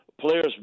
players